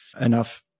enough